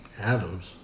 Adams